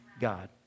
God